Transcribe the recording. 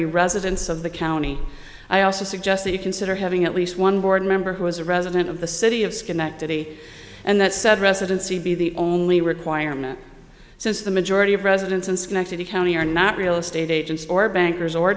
be residents of the county i also suggest that you consider having at least one board member who is a resident of the city of schenectady and that said residency be the only requirement since the majority of residents in schenectady county are not real estate agents or bankers or